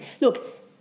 look